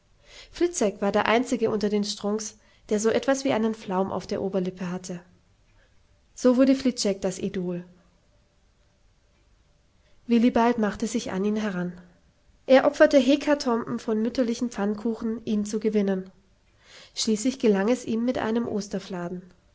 fliczek war der einzige unter den strunks der so etwas wie einen flaum auf der oberlippe hatte so wurde fliczek das idol willibald machte sich an ihn heran er opferte hekatomben von mütterlichen pfannkuchen ihn zu gewinnen schließlich gelang es ihm mit einem osterfladen